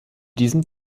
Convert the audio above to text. diesem